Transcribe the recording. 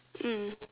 mm